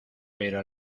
pero